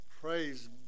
Praise